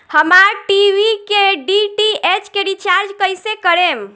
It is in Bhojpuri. हमार टी.वी के डी.टी.एच के रीचार्ज कईसे करेम?